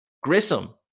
Grissom